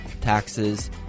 taxes